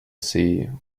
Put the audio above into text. see